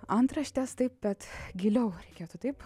antraštės taip bet giliau reikėtų taip